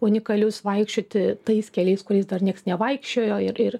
unikalius vaikščioti tais keliais kuriais dar nieks nevaikščiojo ir ir